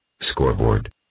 Scoreboard